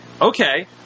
Okay